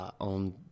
on